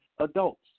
adults